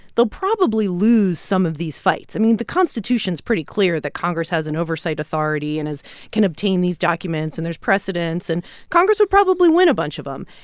they'll probably lose some of these fights. i mean, the constitution's pretty clear that congress has an oversight authority and is can obtain these documents. and there's precedents. and congress would probably win a bunch of them.